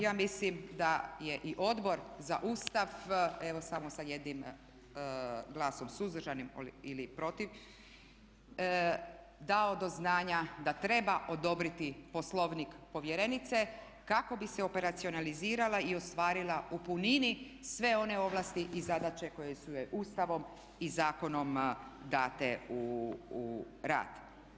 Ja mislim da je i Odbor za Ustav, evo samo sa jednim glasom suzdržanim ili protiv dao do znanja da treba odobriti Poslovnik povjerenice kako bi se operacionalizirala i ostvarila u punini sve one ovlasti i zadaće koje su joj Ustavom i zakonom date u rad.